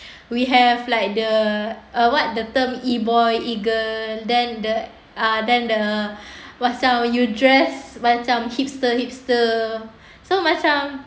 we have like the uh what the term E-boy E-girl then the uh then the what type of new dress macam hipster hipster so macam